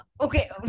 okay